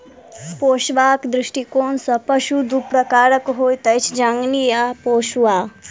पोसबाक दृष्टिकोण सॅ पशु दू प्रकारक होइत अछि, जंगली आ पोसुआ